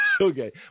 Okay